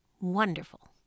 wonderful